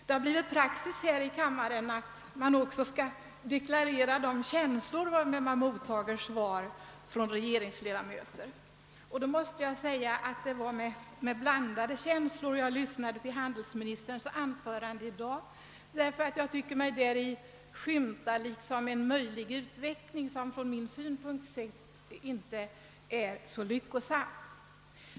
Det har blivit praxis här i kammaren att man också skall deklarera de känslor varmed man mottar svar från regeringsledamöter, och jag måste säga att det var med blandade känslor jag Iyssnade till handelsministerns anförande i dag, ty jag tycker mig däri skymta en möjlig utveckling som från min synpunkt sett inte är så lyckosam.